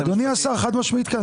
אדוני השר, חד משמעית כן.